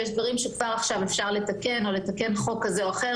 ויש דברים שאפשר כבר עכשיו לתקן או לתקן חוק כזה או אחר,